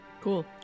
Cool